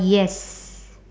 yes